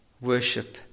worship